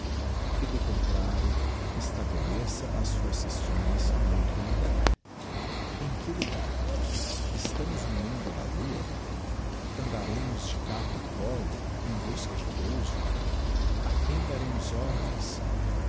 e do contrario estabeleça as suas sessões em outro logar em que logar estamos no mundo da lua andaremos de capa em collo em busca de pouso a quem daremos ordens